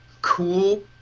cool,